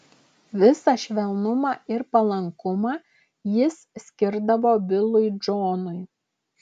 visą švelnumą ir palankumą jis skirdavo bilui džonui